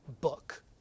book